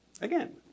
again